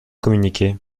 communiquer